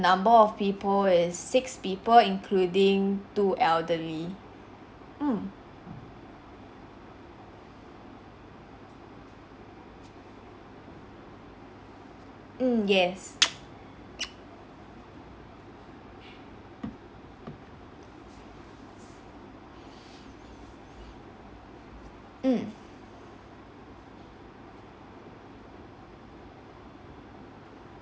mm